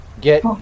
get